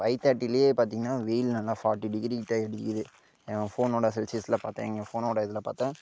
five தேர்ட்டியில் பார்த்திங்கன்னா வெயில் நல்லா ஃபாட்டி டிகிரி கிட்ட அடிக்கிது என் ஃபோனோடய செல்சியஸில் பார்த்தேன் என் ஃபோனோடய இதில் பார்த்தேன்